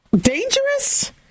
dangerous